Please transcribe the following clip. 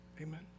Amen